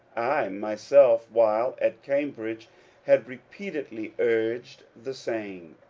i myself while at cam bridge had repeatedly urged the same,